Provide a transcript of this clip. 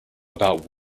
about